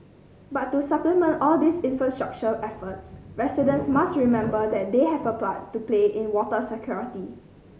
but to supplement all these infrastructure efforts residents must remember that they have a plan to play in water security